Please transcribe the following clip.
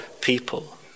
people